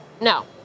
No